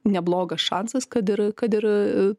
neblogas šansas kad ir kad ir